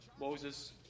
Moses